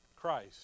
Christ